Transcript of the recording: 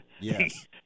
Yes